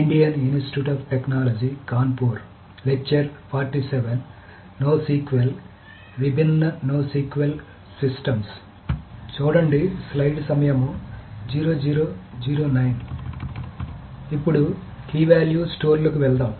ఇప్పుడు key value స్టోర్లకు వెళ్దాం